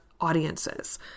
audiences